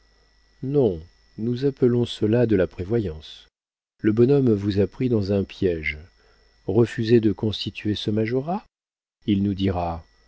non nous appelons cela de la prévoyance le bonhomme vous a pris dans un piége refusez de constituer ce majorat il nous dira